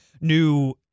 new